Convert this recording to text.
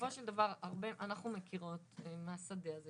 בסופו של דבר אנחנו מכירות מהשדה הזאת